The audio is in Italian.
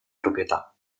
proprietà